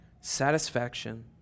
satisfaction